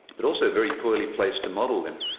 but also very poorly placed to model them.